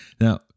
Now